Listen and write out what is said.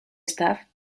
staff